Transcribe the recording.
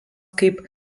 kaip